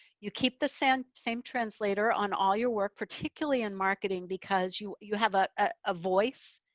you keep the same same translator on all your work, particularly in marketing because you you have a ah ah voice.